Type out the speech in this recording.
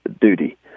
duty